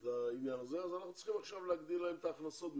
עכשיו אנחנו צריכים להגדיל להם את ההכנסות.